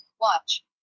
Watch